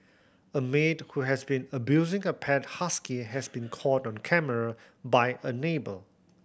a maid who has been abusing a pet husky has been caught on camera by a neighbour